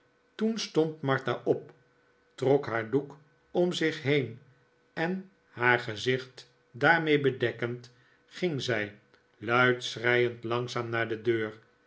toen stond martha op trok haar doek om zich heen en haar gezicht daarmee bedekkend ging zij luid schreiend langzaam naar de deur